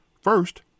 First